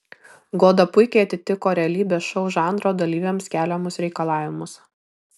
goda puikiai atitiko realybės šou žanro dalyviams keliamus reikalavimus